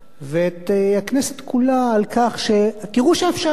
ואת הכנסת כולה, על כך שתראו שאפשר.